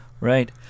Right